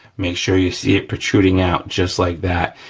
make sure you see it protruding out, just like that.